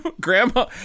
Grandma